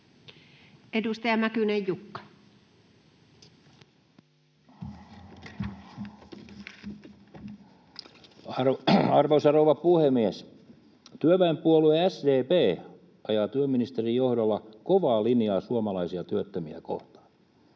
19:17 Content: Arvoisa rouva puhemies! Työväenpuolue SDP ajaa työministerin johdolla kovaa linjaa suomalaisia työttömiä kohtaan.